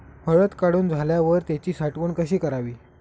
हळद काढून झाल्यावर त्याची साठवण कशी करावी?